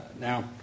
Now